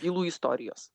bylų istorijos